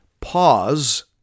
Pause